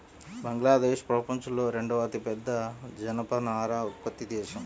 బంగ్లాదేశ్ ప్రపంచంలో రెండవ అతిపెద్ద జనపనార ఉత్పత్తి దేశం